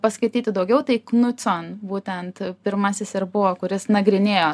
paskaityti daugiau tai knucon būtent pirmasis ir buvo kuris nagrinėjo